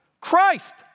Christ